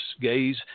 gays